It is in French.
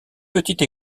petite